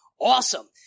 Awesome